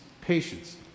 patience